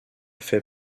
fait